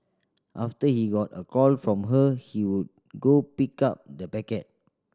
after he got a call from her he would go pick up the packet